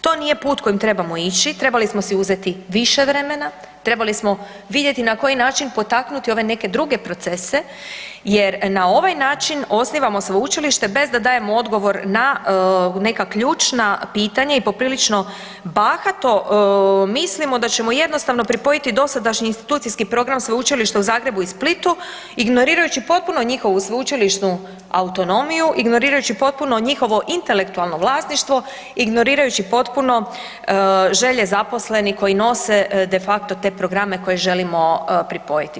To nije put kojim trebamo ići, trebali smo si uzeti više vremena, trebali smo vidjeti na koji način potaknuti ove neke druge procese jer na ovaj način osnivamo sveučilište bez da dajemo odgovor na neka ključna pitanja i poprilično bahato mislimo da ćemo jednostavno pripojiti dosadašnji institucijski program Sveučilišta u Zagrebu i Splitu ignorirajući potpuno njihovu sveučilišnu autonomiju, ignorirajući potpuno njihovo intelektualno vlasništvo, ignorirajući potpuno želje zaposlenih koji nose de facto te programe koje želimo pripojiti.